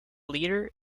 leader